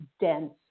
dense